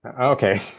Okay